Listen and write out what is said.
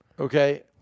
okay